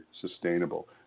sustainable